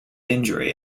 injury